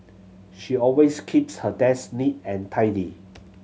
she always keeps her desk neat and tidy